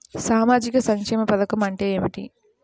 సామాజిక సంక్షేమ పథకం అంటే ఏమిటి?